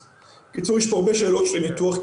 בקיצור, יש פה הרבה שאלות לניתוח.